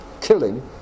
killing